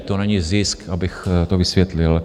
To není zisk, abych to vysvětlil.